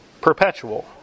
perpetual